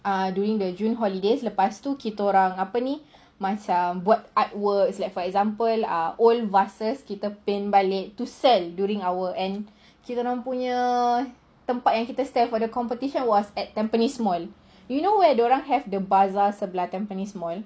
ah during the june holidays lepas itu kita orang apa ni buat artworks for example ah old vases kita orang paint balik to sell during our end kita orang punya tempat yang kita for the competition was at tampines mall you know where dorang have the bazaar sebelah tampines mall